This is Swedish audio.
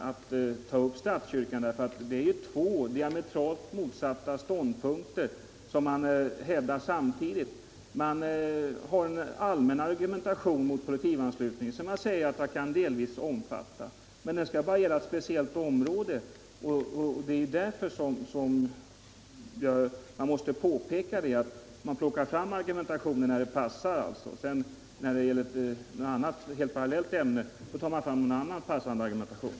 Moderaterna hävdar ju samtidigt två diametralt motsatta ståndpunkter. De har en allmän argumentation mot kollektivanslutning, och jag säger att jag delvis kan omfatta den. Men för moderaterna tycks den gälla bara ett speciellt område. Därför måste jag påpeka att de plockar fram den argumentationen när det passar, men när det gäller ett helt parallellt ämne tar de i stället fram en annan lämplig argumentation.